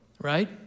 right